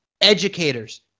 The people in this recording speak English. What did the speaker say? Educators